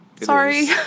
sorry